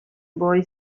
boy